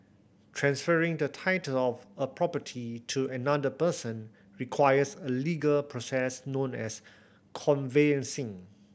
transferring the title of a property to another person requires a legal process known as conveyancing